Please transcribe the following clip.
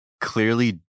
clearly